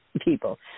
People